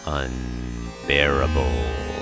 unbearable